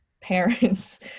parents